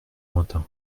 lointain